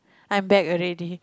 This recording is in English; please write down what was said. I'm back already